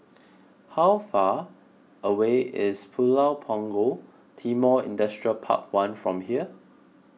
how far away is Pulau Punggol Timor Industrial Park one from here